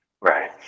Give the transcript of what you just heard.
Right